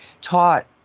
taught